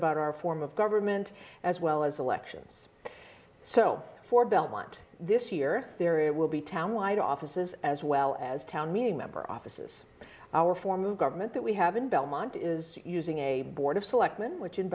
about our form of government as well as elections so for belmont this year there will be town wide offices as well as town meeting member offices our form of government that we have in belmont is using a board of selectmen which in